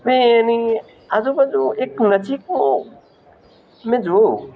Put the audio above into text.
ને એની આજુબાજુ એક નજીકનું મેં જોયું